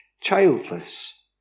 childless